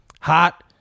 Hot